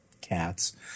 cats